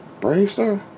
Bravestar